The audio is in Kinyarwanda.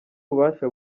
ububasha